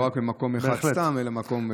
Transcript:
לא רק במקום אחד סתם אלא מקום,